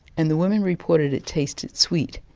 and the women reported it tasted sweet,